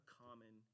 common